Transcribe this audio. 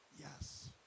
yes